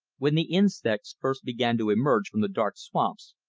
when the insects first began to emerge from the dark swamps,